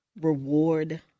reward